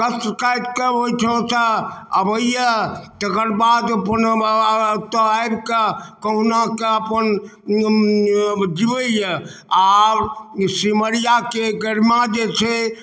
कष्ट काटिकऽ ओहिठामसँ अबैए तकर बाद अपन बाबा ओतऽ आबिके कहुनाके अपन जिबैए आओर सिमरियाके गरिमा जे छै